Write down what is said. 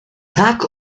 tak